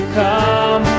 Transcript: come